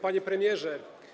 Panie Premierze!